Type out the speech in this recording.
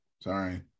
Sorry